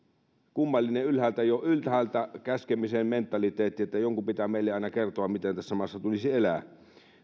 kummallinen ylhäältä käskemisen mentaliteetti että jonkun pitää meille aina kertoa miten tässä maassa tulisi elää